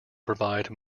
provide